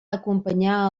acompanyar